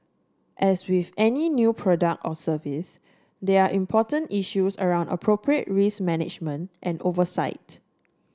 as with any new product or service they are important issues around appropriate risk management and oversight